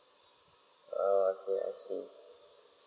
err kay~ as in